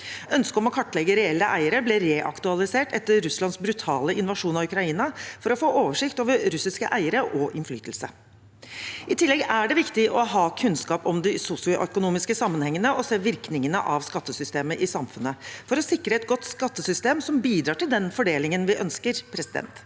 Ønsket om å kartlegge reelle eiere ble reaktualisert etter Russlands brutale invasjon av Ukraina – for å få oversikt over russiske eiere og innflytelse. I tillegg er det viktig å ha kunnskap om de sosioøkonomiske sammenhengene og se virkningene av skattesystemet i samfunnet for å sikre et godt skattesystem som bidrar til den fordelingen vi ønsker. Når det